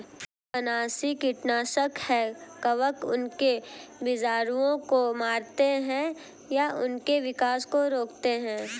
कवकनाशी कीटनाशक है कवक उनके बीजाणुओं को मारते है या उनके विकास को रोकते है